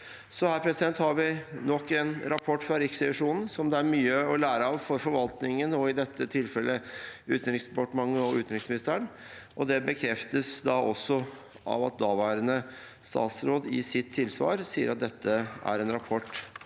her har vi nok en rapport fra Riksrevisjonen som det er mye å lære av for forvaltningen, i dette tilfellet Utenriksdepartementet og utenriksministeren. Det bekreftes da også av at daværende statsråd i sitt tilsvar sier at dette er en rapport